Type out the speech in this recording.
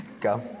Go